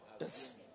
Yes